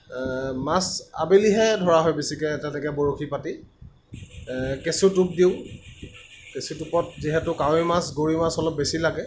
মাছ আবেলিহে ধৰা হয় বেছিকৈ তেনেকে বৰশী পাতি কেঁচু টোপ দিওঁ কেঁচু টোপত যিহেতু কাৱৈ মাছ গৰৈ মাছ অলপ বেছি লাগে